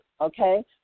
Okay